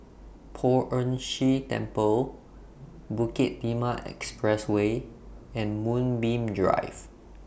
Poh Ern Shih Temple Bukit Timah Expressway and Moonbeam Drive